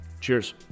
Cheers